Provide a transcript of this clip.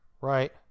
right